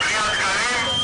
העבודה עם עבריינים,